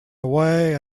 away